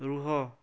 ରୁହ